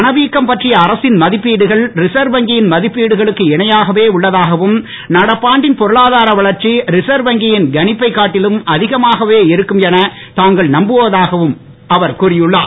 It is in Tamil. பணவீக்கம் பற்றிய அரசின் மதிப்பீடுகள் ரிசர்வ் வங்கியின் மதிப்பீடுகளுக்கு இணையாகவே உள்ள தாகவும் நடப்பாண்டின் பொருளாதார வளர்ச்சி ரிசர்வ் வங்கியின் கணிப்பை காட்டிலும் அதிகமாகவே இருக்கும் என தாங்கள் நம்புவதாகவும் அவர் கூறியுள்ளார்